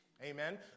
Amen